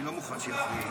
אני לא מוכן שיפריעו לי.